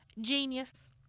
Genius